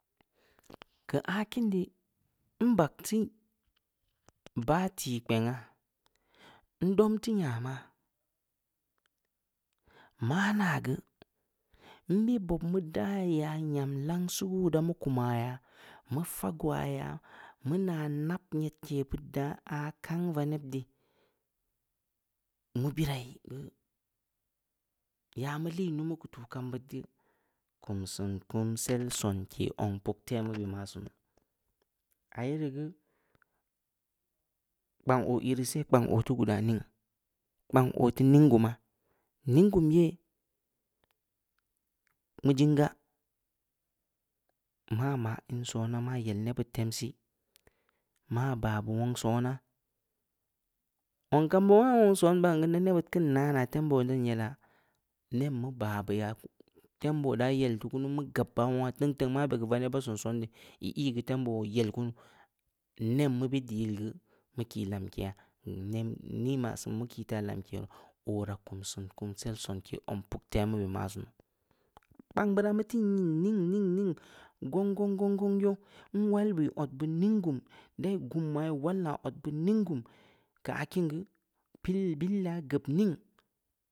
Keu aah kiin dii nbag teu bah tikpengha, ndomti nyama maa naa geu, nbeh bob mu daa yaa nyam langsii wuoo, mu kuma yaa, mu fageu wa yaa, mu naa naab nyedke beud yaa, aah kang vaneb dii, mu biraai geu, yaa mu lii numu keu tuu kam beud geu, kum seun kumsel sonke zong puktemu maa sunu, aah ye rii geu, kpang ooh iirii seh, kpang oo teu guda ning, kpang oo teu ninggumaa. ninggum yee, mu jing gaa, maa mah in sona, maa yel neb beud tem sii, maa baa beu wong sona, zong kam beud wong son baan geu ndaa nebbeud keun nanaa, tem boo dan yelaa, nem mu baa bu yaa, tem boo daa yel teu kunu, meu gab yaa, wonghateung-teung mabe keu vaneba seun son dii, ii iyi geu tem boo oo yel kunu, nem mu bit yaa yil geu, mu kii lamkeya, nem, nii maa seun mu kii taa lamke gu? Oo raa, kumsin kumsel sonke puktemu be ma sunu, kpang beuraa meu tii nyin ning-ning-ning, gong-gong-gong-gong, nwal beui odbaa ninggum dai gumyaa, ii nwalya odba ninggum keu aah kiin geu, bil-bil yaa geub ning,